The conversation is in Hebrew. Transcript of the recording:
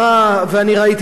ואני ראיתי את זה במו-עיני,